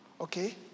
Okay